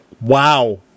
Wow